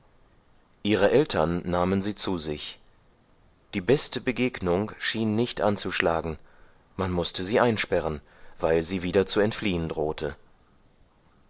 ihre eltern nahmen sie zu sich die beste begegnung schien nicht anzuschlagen man mußte sie einsperren weil sie wieder zu entfliehen drohte